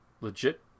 legit